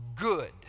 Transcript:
good